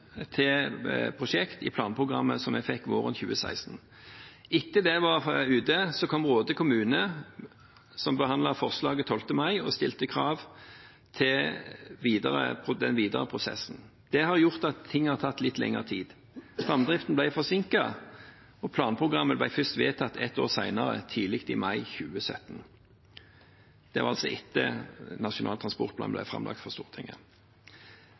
til prosjekt i planprogrammet vi fikk våren 2016. Etter det var ute, kom Råde kommune, som behandlet forslaget 12. mai, med krav til den videre prosessen. Det har gjort at ting har tatt litt lengre tid. Fremdriften ble forsinket, og planprogrammet ble først vedtatt ett år senere, tidlig i mai 2017 – altså etter at Nasjonal transportplan ble framlagt for Stortinget.